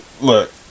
look